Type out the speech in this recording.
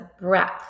breath